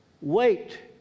Wait